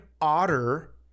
otter